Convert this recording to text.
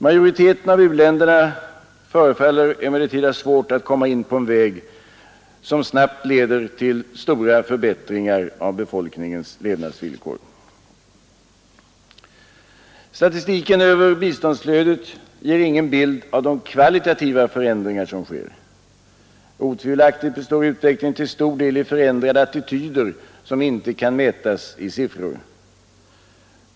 Majoriteten av u-länderna förefaller emellertid ha svårt att komma in på en väg som snabbt leder till större förbättringar av befolkningens levnadsvillkor. Statistiken över biståndsflödet ger ingen bild av de kvalitativa förändringar som sker. Otvivelaktigt består utveckling till stor del i förändrade attityder som inte kan mätas i siffror.